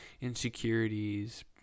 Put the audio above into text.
insecurities